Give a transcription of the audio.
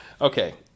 Okay